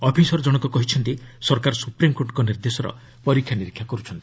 officer ଜଣକ କହିଛନ୍ତି ସରକାର ସୁପ୍ରିମ୍କୋର୍ଟଙ୍କ ନିର୍ଦ୍ଦେଶର ପରୀକ୍ଷା ନିରୀକ୍ଷା କରୁଛନ୍ତି